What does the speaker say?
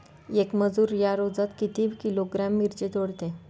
येक मजूर या रोजात किती किलोग्रॅम मिरची तोडते?